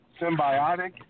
symbiotic